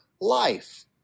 life